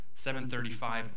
7.35